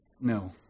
No